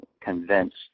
convinced